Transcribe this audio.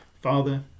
Father